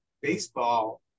baseball